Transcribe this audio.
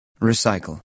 Recycle